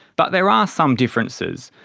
but there are some differences.